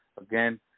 Again